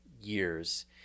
years